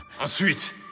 Ensuite